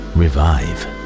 revive